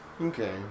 okay